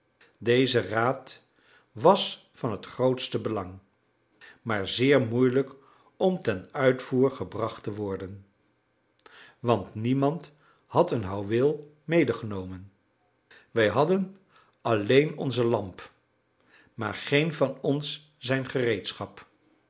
deze raad was van het grootste belang maar zeer moeilijk om ten uitvoer gebracht te worden want niemand had zijn houweel medegenomen wij hadden alleen onze lamp maar geen van ons zijn gereedschap